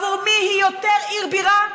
בעבור מי היא יותר עיר בירה?